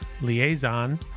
Liaison